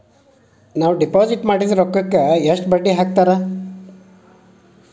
ನಾವು ಡಿಪಾಸಿಟ್ ಮಾಡಿದ ರೊಕ್ಕಿಗೆ ಎಷ್ಟು ಬಡ್ಡಿ ಹಾಕ್ತಾರಾ?